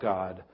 God